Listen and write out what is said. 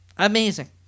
Amazing